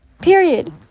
Period